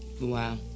Wow